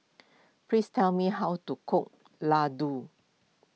please tell me how to cook Laddu